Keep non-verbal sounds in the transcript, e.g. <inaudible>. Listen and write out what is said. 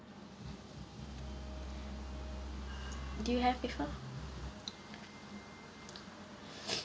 do you have before <breath>